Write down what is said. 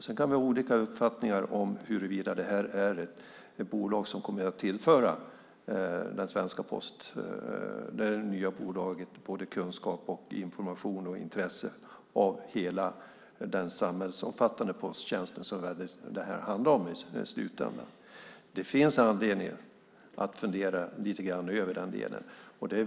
Sedan kan vi ha olika uppfattningar om huruvida det är ett bolag som kommer att tillföra kunskap, information och intresse till hela den samhällsomfattande posttjänsten som det handlar om i slutänden. Det finns anledning att fundera lite grann över det.